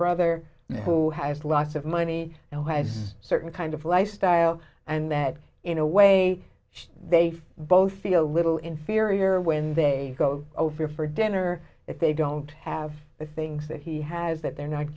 brother who has lots of money and has a certain kind of lifestyle and that in a way they both feel a little inferior when they go over for dinner if they don't have the things that he has that they're not